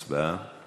הצבעה.